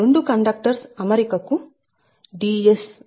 2 conductors అమరిక కు Ds rd12